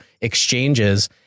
exchanges